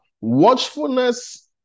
watchfulness